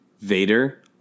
Vader